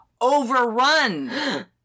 overrun